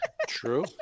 True